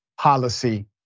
policy